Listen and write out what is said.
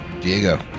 Diego